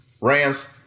Rams